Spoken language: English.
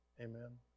Amen